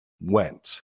went